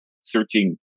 searching